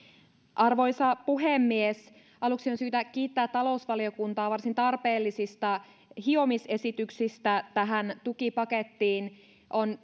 arvoisa puhemies aluksi on syytä kiittää talousvaliokuntaa varsin tarpeellisista hiomisesityksistä tähän tukipakettiin on